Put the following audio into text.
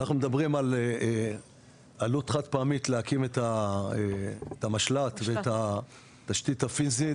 אנחנו מדברים על עלות חד פעמית להקים את המשל"ט ואת התשתית הפיזית